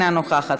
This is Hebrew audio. אינה נוכחת,